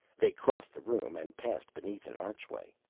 they crossed the room and passed beneath an archway.